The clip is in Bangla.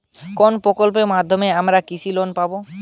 কোন প্রকল্পের মাধ্যমে আমরা কৃষি লোন পাবো?